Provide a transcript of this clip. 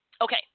Okay